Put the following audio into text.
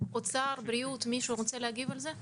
אוצר, בריאות, מישהו רוצה להגיב על זה?